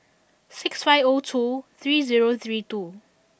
six five O two three zero three two